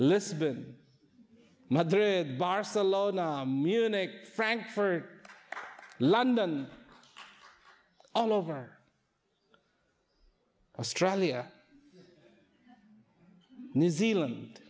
lisburn madrid barcelona munich frankfurt london all over australia new zealand